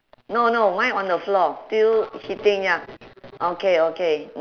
no no mine on the floor still hitting ya okay okay